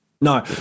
no